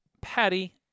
Patty